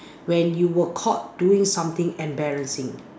when you were caught doing something embarrassing